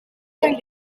zijn